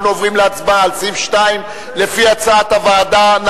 אנחנו עוברים להצבעה על סעיף 2 לפי הצעת הוועדה.